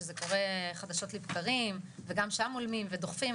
שזה קורה חדשות לבקרים וגם שם דוחפים,